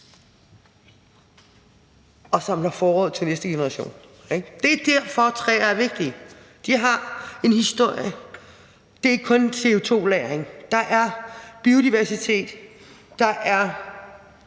og samler forråd til næste generation. Det er derfor, træer er vigtige, de har en historie, og det er ikke kun CO2-lagring. Men der er også biodiversitet, og der